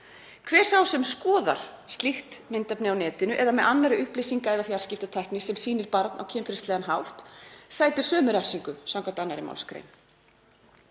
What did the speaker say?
Hver sá sem skoðar slíkt myndefni á netinu eða með annarri upplýsinga- eða fjarskiptatækni sem sýnir barn á kynferðislegan hátt sætir sömu refsingu skv. 2. mgr.